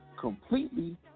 completely